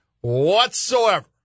whatsoever